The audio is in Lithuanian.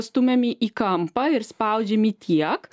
stumiami į kampą ir spaudžiami tiek